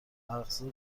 اقساط